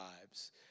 lives